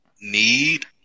need